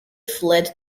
fled